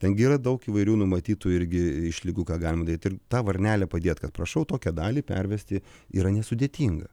ten gi yra daug įvairių numatytų irgi išlygų ką galima daryt ir tą varnelę padėt kad prašau tokią dalį pervesti yra nesudėtinga